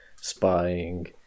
spying